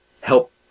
help